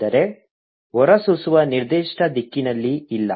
ಅಂದರೆ ಹೊರಸೂಸುವ ನಿರ್ದಿಷ್ಟ ದಿಕ್ಕಿನಲ್ಲಿ ಇಲ್ಲ